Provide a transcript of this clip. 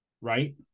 right